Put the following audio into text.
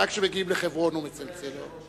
רק כשמגיעים לחברון הוא מצלצל.